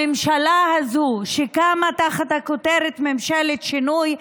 הממשלה הזו, שקמה תחת הכותרת ממשלת שינוי,